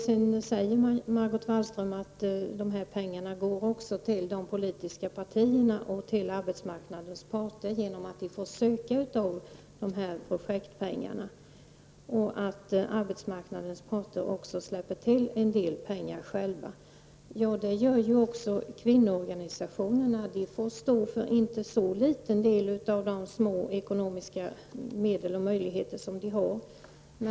Sedan säger Margot Wallström att pengarna även går till de politiska partierna och arbetsmarknadens parter, eftersom de får söka av projektpengarna samt att arbetsmarknadens parter också släpper till en del pengar själva. Det gör även kvinnoorganisationerna. De får stå för en inte så liten del av de små ekonomiska medel och möjligheter som de har.